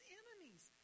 enemies